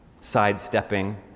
sidestepping